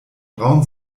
braun